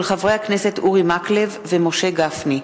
של חברי הכנסת אורי מקלב ומשה גפני,